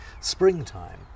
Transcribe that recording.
springtime